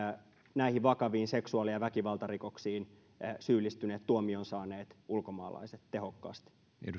näihin vakaviin seksuaali ja väkivaltarikoksiin syyllistyneet tuomion saaneet ulkomaalaiset tehokkaasti